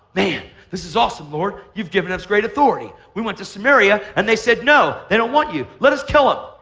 man, this is awesome, lord. you've given us great authority. we went to samaria, and they said, no, they don't want you. let us kill them.